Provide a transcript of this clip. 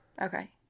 Okay